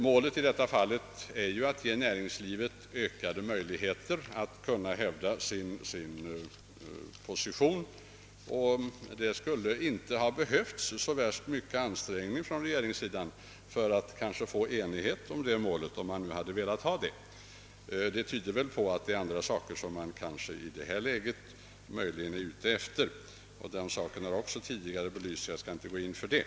Målet i detta fall är ju att ge näringslivet ökade möjligheter att hävda sin position. Det skulle kanske inte ha behövts så värst stor ansträngning av regeringen för att skapa enighet kring detta mål, om den hade velat. Det tyder på att det finns annat som man i detta läge är ute efter. Den saken har tidigare belysts, och jag skall inte gå in på det.